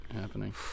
happening